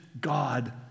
God